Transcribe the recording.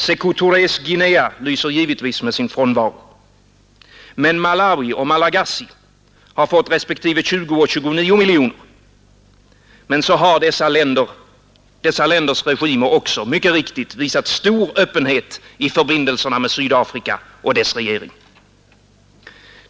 Sekou Torés Guinea lyser givetvis med sin frånvaro, men Malawi och Malagasy har fått respektive 20 och 29 miljoner. Men så har dessa länders regimer också mycket riktigt visat stor öppenhet i förbindelserna med Sydafrika och dess regering.